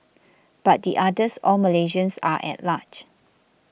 but the others all Malaysians are at large